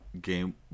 game